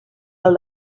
del